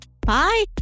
Bye